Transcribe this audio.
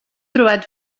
trobat